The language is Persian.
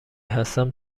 هستم